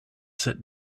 sit